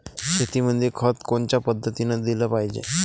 शेतीमंदी खत कोनच्या पद्धतीने देलं पाहिजे?